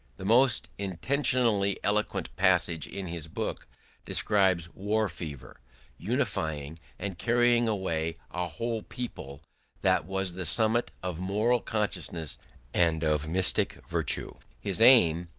the most intentionally eloquent passage in his book describes war-fever unifying and carrying away a whole people that was the summit of moral consciousness and of mystic virtue. his aim,